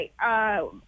right